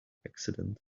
accident